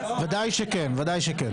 ודאי שכן, ודאי שכן.